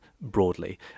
broadly